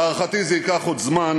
להערכתי, ייקח עוד זמן